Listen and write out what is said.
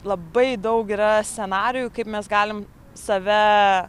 labai daug yra scenarijų kaip mes galim save